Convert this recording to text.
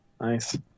Nice